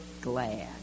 glad